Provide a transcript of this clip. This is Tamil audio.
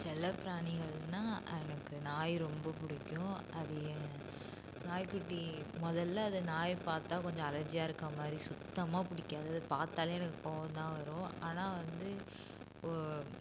செல்லப்பிராணிகள்னால் எனக்கு நாய் ரொம்ப பிடிக்கும் அது ஏன் நாய்க்குட்டி முதல்ல அந்த நாயை பார்த்தா கொஞ்சம் அலர்ஜியாக இருக்கற மாதிரி சுத்தமாக பிடிக்காது அது பார்த்தாலே எனக்கு கோவம் தான் வரும் ஆனால் வந்து ஓ